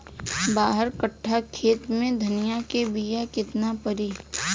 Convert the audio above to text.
बारह कट्ठाखेत में धनिया के बीया केतना परी?